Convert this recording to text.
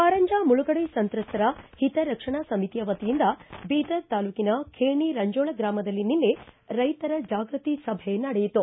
ಕಾರಂಜಾ ಮುಳುಗಡೆ ಸಂತ್ರಸ್ತರ ಹಿತರಕ್ಷಣಾ ಸಮಿತಿಯ ವತಿಯಿಂದ ಬೀದರ ತಾಲ್ಲೂಕಿನ ಖೇಣಿ ರಂಜೋಳ ಗ್ರಾಮದಲ್ಲಿ ನಿನ್ನೆ ರೈತರ ಜಾಗೃತಿ ಸಭೆ ನಡೆಯಿತು